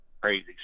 crazy